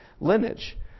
lineage